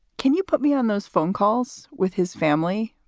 can you put me on those phone calls with his family?